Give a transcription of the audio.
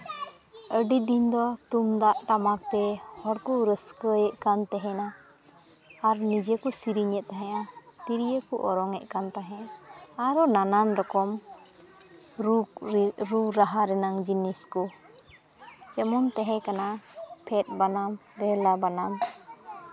ᱟᱹᱰᱤ ᱫᱤᱱ ᱫᱚ ᱛᱩᱢᱫᱟᱜ ᱴᱟᱢᱟᱠ ᱛᱮ ᱦᱚᱲᱠᱚ ᱨᱟᱹᱥᱠᱟᱹᱭᱮᱫ ᱠᱟᱱ ᱛᱟᱦᱮᱱᱟ ᱟᱨ ᱱᱤᱡᱮ ᱠᱚ ᱥᱮᱨᱮᱧᱮᱫ ᱛᱟᱦᱮᱱᱟ ᱛᱤᱨᱭᱳ ᱠᱚ ᱚᱨᱚᱝ ᱮᱫ ᱠᱟᱱ ᱛᱟᱦᱮᱱᱟ ᱟᱨᱚ ᱱᱟᱱᱟᱱ ᱨᱚᱠᱚᱢ ᱨᱩ ᱨᱟᱦᱟ ᱨᱮᱱᱟᱝ ᱡᱤᱱᱤᱥ ᱠᱚ ᱡᱮᱢᱚᱱ ᱛᱟᱦᱮᱸ ᱠᱟᱱᱟ ᱯᱷᱮᱫᱽ ᱵᱟᱱᱟᱢ ᱵᱮᱦᱟᱞᱟ ᱵᱟᱱᱟᱢ